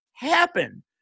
happen